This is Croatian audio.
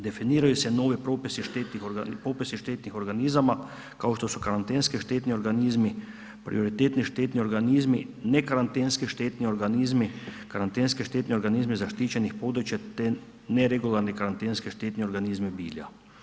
Definiraju se novi propisi štetnih organizama kao što su karantenski štetni organizmi, prioritetni štetni organizmi, ne karantenski štetni organizmi, karantenski štetni organizmi zaštićenih područja te neregularni karantenski štetni organizmi bilja.